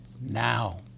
now